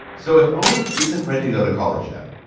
so if owen isn't ready to go to college yet,